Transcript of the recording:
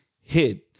hit